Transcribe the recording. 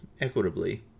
equitably